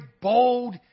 bold